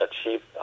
achieve